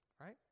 right